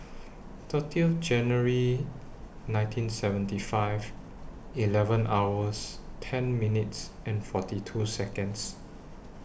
thirty January nineteen seventy five eleven hours ten minutes forty two Seconds